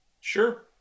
Sure